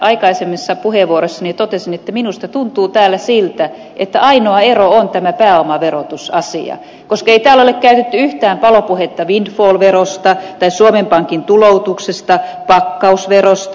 aikaisemmissa puheenvuoroissani jo totesin että minusta tuntuu siltä että ainoa ero on tämä pääomaverotusasia koska ei täällä ole käytetty yhtään palopuhetta windfall verosta tai suomen pankin tuloutuksesta pakkausverosta